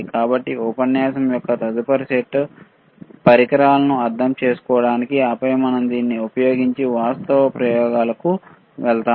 కాబట్టి ఉపన్యాసం యొక్క తదుపరి మాడ్యూల్ లో పరికరాలను అర్థం చేసుకోవడానికి ఆపై మనం దీనిని ఉపయోగించి వాస్తవ ప్రయోగాలకు వెళ్తాము